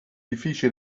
edifici